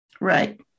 Right